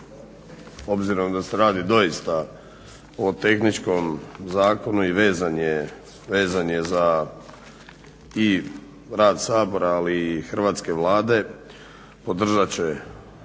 obzirom da se radi doista o tehničkom zakonu i vezan je za, i rad Sabora, ali i Hrvatske vlade, podržat će,